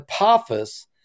Apophis